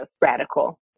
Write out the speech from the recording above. radical